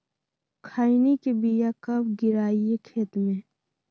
खैनी के बिया कब गिराइये खेत मे?